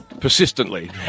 Persistently